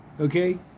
okay